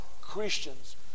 Christians